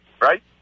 Right